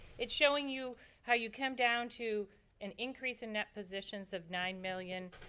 it's showing you how you come down to and increase in net positions of nine million,